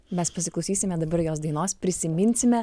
mes pasiklausysime dabar jos dainos prisiminsime